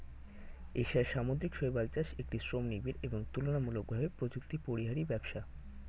এশিয়ার সামুদ্রিক শৈবাল চাষ একটি শ্রমনিবিড় এবং তুলনামূলকভাবে প্রযুক্তিপরিহারী ব্যবসা